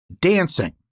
Dancing